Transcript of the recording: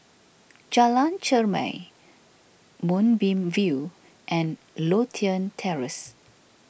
Jalan Chermai Moonbeam View and Lothian Terrace